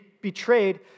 betrayed